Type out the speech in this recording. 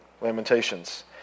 Lamentations